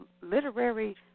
literary